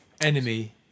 enemy